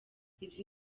izi